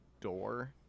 door